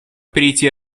перейти